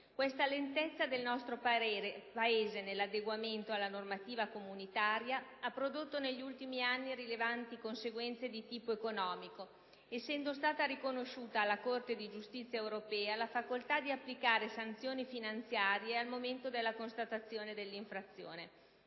Questa lentezza del nostro Paese nell'adeguamento alla normativa comunitaria ha prodotto negli ultimi anni rilevanti conseguenze di tipo economico, essendo stata riconosciuta alla Corte di giustizia europea la facoltà di applicare sanzioni finanziarie al momento della constatazione dell'infrazione.